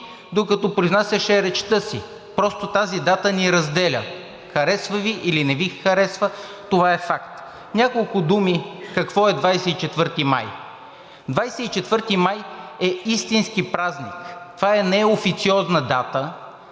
докато произнасяше речта си. Просто тази дата ни разделя – харесва Ви, или не Ви харесва, това е факт. Няколко думи какво е 24 май. Двадесет и четвърти май е истински празник. Това е неофициозна дата,